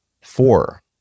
four